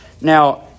Now